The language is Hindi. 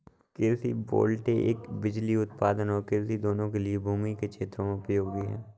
कृषि वोल्टेइक बिजली उत्पादन और कृषि दोनों के लिए भूमि के क्षेत्रों में उपयोगी है